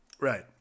right